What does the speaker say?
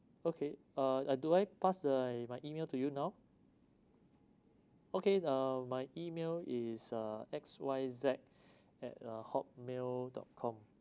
okay uh uh do I pass the my email to you now okay uh my email is uh Y Z at uh hotmail dot com